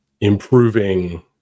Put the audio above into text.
improving